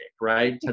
right